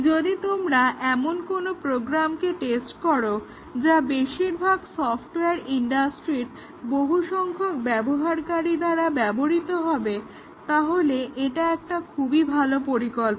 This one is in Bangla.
যদি তোমরা এমন কোনো প্রোগ্রামকে টেস্ট করো যা বেশিরভাগ সফটওয়্যার ইন্ডাস্ট্রির বহুসংখ্যক ব্যবহারকারী দ্বারা ব্যবহৃত হবে তাহলে এটা একটা খুবই ভালো পরিকল্পনা